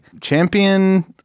champion